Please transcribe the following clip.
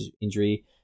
injury